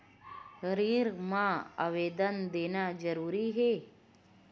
ऋण मा आवेदन देना जरूरी हे?